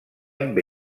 amb